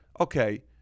okay